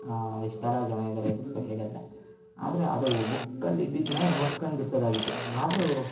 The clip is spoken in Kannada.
ಇಷ್ಟೆಲ್ಲ ಜನ ಇದ್ದಾರೆ ಬಿಡ್ಸಕ್ಕೆ ಹೇಗೆ ಅಂತ ಆದರೆ ಅದು ಬುಕ್ಕಲ್ಲಿ ಇದ್ದಿದ್ದನ್ನ ನೋಡ್ಕಂಡು ಬಿಡ್ಸೋದಾಗಿತ್ತು ಆದರೂ